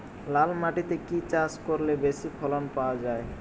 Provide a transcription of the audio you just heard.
লাল মাটিতে কি কি চাষ করলে বেশি ফলন পাওয়া যায়?